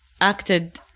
Acted